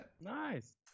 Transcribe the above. Nice